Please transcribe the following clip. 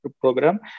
program